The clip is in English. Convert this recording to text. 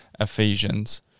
Ephesians